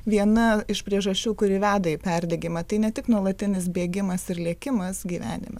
viena iš priežasčių kuri veda į perdegimą tai ne tik nuolatinis bėgimas ir lėkimas gyvenime